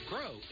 Grow